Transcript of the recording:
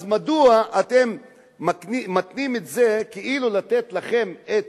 אז מדוע אתם מתנים את זה, כאילו לתת לכם את